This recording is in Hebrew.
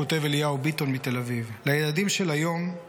כותב אליהו ביטון מתל אביב: "לילדים של היום /